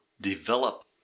develop